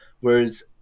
Whereas